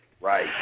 Right